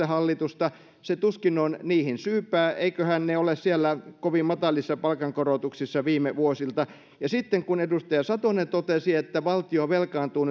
hallitusta se tuskin on niihin syypää eivätköhän ne syyt ole siellä kovin matalissa palkankorotuksissa viime vuosilta sitten kun edustaja satonen totesi että valtio velkaantuu